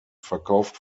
verkauft